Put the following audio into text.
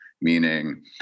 meaning